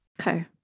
Okay